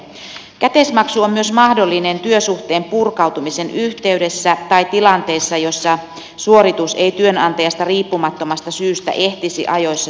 käteismaksu on myös mahdollinen työsuhteen purkautumisen yhteydessä tai tilanteessa jossa suoritus ei työnantajasta riippumattomasta syystä ehtisi ajoissa työntekijän tilille